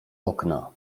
okna